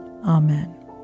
Amen